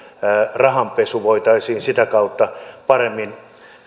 rahanpesua voitaisiin sitä kautta paremmin